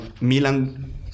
Milan